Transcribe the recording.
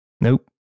Nope